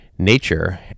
Nature